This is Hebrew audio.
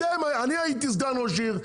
אני הייתי סגן ראש עיר.